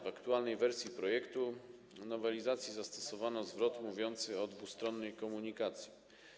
W aktualnej wersji projektu nowelizacji zastosowano zwrot mówiący o dwustronnej komunikacji.